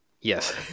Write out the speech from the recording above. Yes